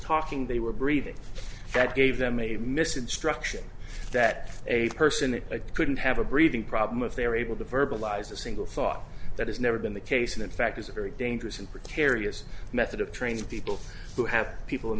talking they were breathing that gave them a missing structure that a person that they couldn't have a breathing problem if they were able to verbalize a single thought that has never been the case and in fact is a very dangerous and particular areas method of training people who have people in